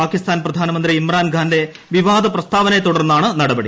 പാകിസ്ഥാൻ പ്രധാനമന്ത്രി ഇമ്രാൻഖാന്റെ വിവാദ പ്രസ്താവനയെ തുടർന്നാണ് നടപടി